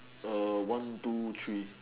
one two three